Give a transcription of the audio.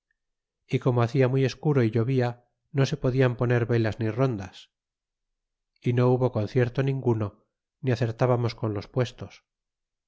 y como hacia muy escuro y llovía no se podían poner velas ni rondas y no hubo con cierto ninguno ni acertábamos con los puestos